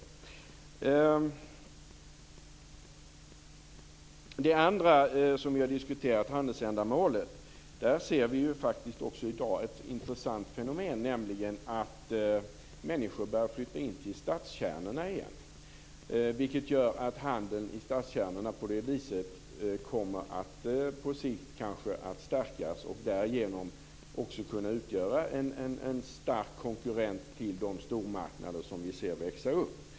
När det gäller det andra som vi har diskuterat, handelsändamålet, så ser vi ju faktiskt också i dag ett intressant fenomen, nämligen att människor börjar flytta in till stadskärnorna igen. Handeln i stadskärnorna kommer på det viset kanske att stärkas på sikt och därigenom också utgöra en stark konkurrent till de stormarknader som vi ser växa upp.